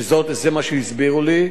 שזה מה שהסבירו לי,